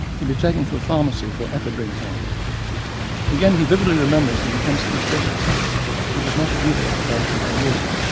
he would be taken to a pharmacy for ephedrine powder again he vividly remembers the intensely bitter taste which was not alleviated by drinking water,